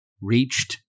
reached